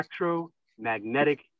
electromagnetic